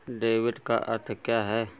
Debit का अर्थ क्या है?